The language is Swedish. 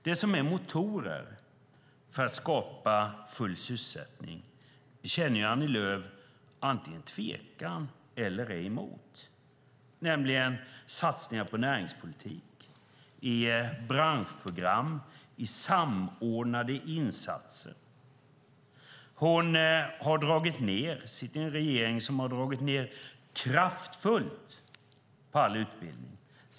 Det som är motorer för att skapa full sysselsättning känner Annie Lööf tvekan inför eller är emot, nämligen satsningar på näringspolitik i branschprogram i samordnade insatser. Hon sitter i en regering som har dragit ned kraftfullt på all utbildning.